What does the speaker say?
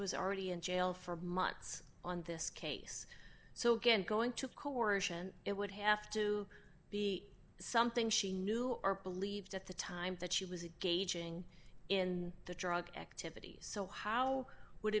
was already in jail for months on this case so again going to coordination it would have to be something she knew or believed at the time that she was gauging in the drug activity so how would